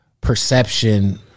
perception